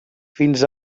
fins